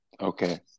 okay